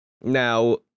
now